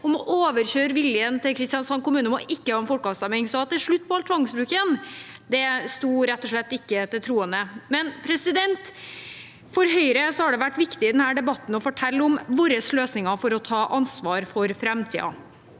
om å overkjøre viljen til Kristiansand kommune om ikke å ha en folkeavstemning. Så at det er slutt på all tvangsbruken, står rett og slett ikke til troende. For Høyre har det vært viktig i denne debatten å fortelle om våre løsninger for å ta ansvar for framtiden.